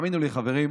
האמינו לי, חברים,